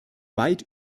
weit